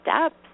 steps